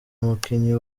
umukinnyi